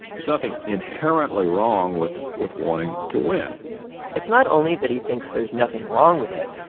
there's nothing inherently wrong with with wanting to win it's not only that he thinks there's nothing wrong with it.